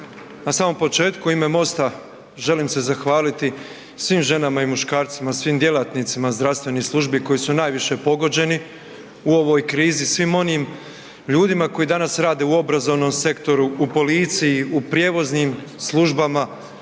Na samom početku u ime MOST-a želim se zahvaliti svim ženama i muškarcima, svim djelatnicima zdravstvenih službi koji su najviše pogođeni u ovoj krizi, svim onim ljudima koji danas rade u obrazovnom sektoru u policiji, u prijevoznim službama,